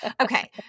Okay